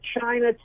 China